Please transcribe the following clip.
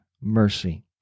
mercy